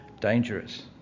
Dangerous